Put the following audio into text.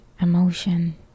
emotion